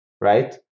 right